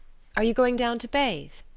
are you going down to bathe?